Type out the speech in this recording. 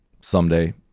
someday